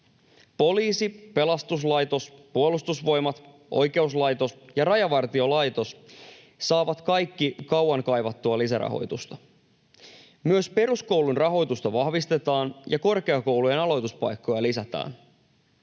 Poliisi, pelastuslaitos, Puolustusvoimat, oikeuslaitos ja Rajavartiolaitos saavat kaikki kauan kaivattua lisärahoitusta. Myös peruskoulun rahoitusta vahvistetaan ja korkeakoulujen aloituspaikkoja lisätään.